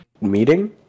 meeting